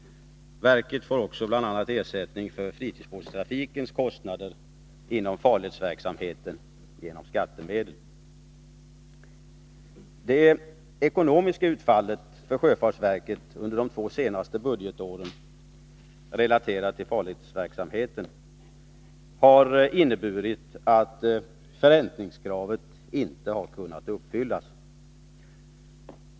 Verket får bl.a. också ersättning för fritidsbåtstrafikens kostnader inom farledsverksamheten genom skattemedel. Det ekonomiska utfallet för sjöfartsverket under de två senaste budgetåren relaterat till farledsverksamheten har inneburit att förräntningskravet inte har kunnat uppfyllas.